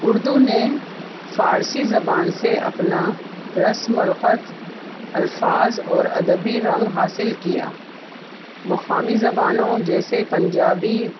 اردو نے فارسی زبان سے اپنا رسم الخط الفاظ اور ادبی رنگ حاصل کیا مقامی زبانوں جیسے پنجابی